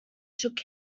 shook